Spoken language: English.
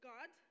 God